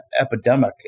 epidemic